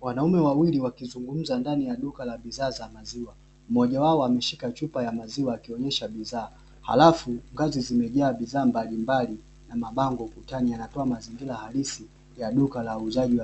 Wanaume wawili wakizungumza ndani ya duka la bidhaa za maziwa mmoja wao ameshika chupa ya maziwa akionesha bidhaa alafu kazi zimejaa bidhaa mbalimbali na mabango ukutani yanatoa mazingira halisi ya duka la